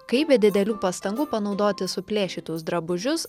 kaip be didelių pastangų panaudoti suplėšytus drabužius